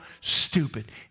stupid